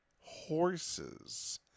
horses